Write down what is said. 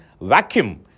vacuum